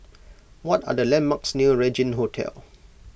what are the landmarks near Regin Hotel